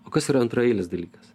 o kas yra antraeilis dalykas